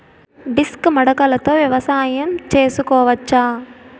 Disc మడకలతో వ్యవసాయం చేసుకోవచ్చా??